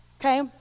okay